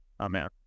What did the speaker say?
Amen